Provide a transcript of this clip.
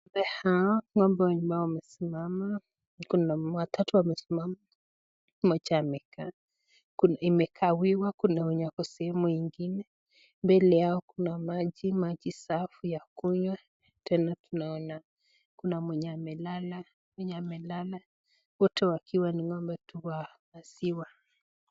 Kuna ng'ombe ambao wamesimama, kukona watatu ambao wamesimama, mmoja amekaa. Imengawiwa kuna wenye wako sehemu nyingine, mbele yao kuna maji, maji safi ya kunywa tena kuna mwenye amelala wote wakiwa ni ng'ombe tupu wa maziwa.